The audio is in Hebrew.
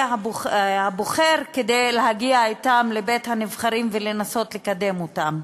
הבוחר כדי להגיע אתם לבית-הנבחרים ולנסות לקדם אותם.